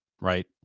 right